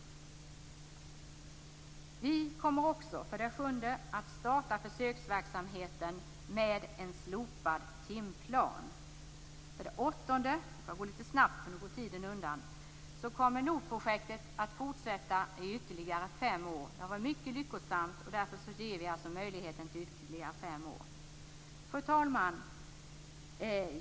För det sjunde: Vi kommer också att starta försöksverksamhet med en slopad timplan. För det åttonde - jag går för att vinna tid fram litet snabbt: Notprojektet kommer att fortsätta i ytterligare fem år. Projektet har varit mycket lyckosamt, och därför ger vi det alltså möjlighet till ytterligare fem år. Fru talman!